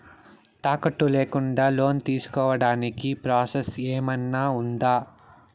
తాకట్టు లేకుండా లోను తీసుకోడానికి ప్రాసెస్ ఏమన్నా ఉందా?